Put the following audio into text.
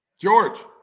George